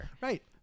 Right